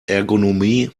ergonomie